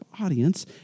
audience